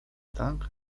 tak